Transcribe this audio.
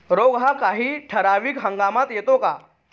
रोग हा काही ठराविक हंगामात येतो का?